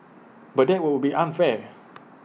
but that would be unfair